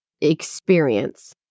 experience